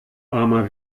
armer